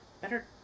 Better